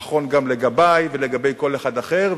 נכון גם לגבי ולגבי כל אחד אחר,